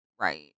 Right